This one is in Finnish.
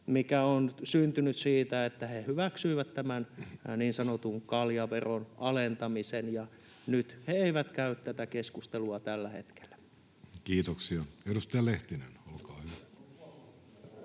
mikä on syntynyt siitä, että he hyväksyivät tämän niin sanotun kaljaveron alentamisen, ja nyt he eivät käy tätä keskustelua tällä hetkellä. [Speech 229] Speaker: